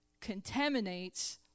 contaminates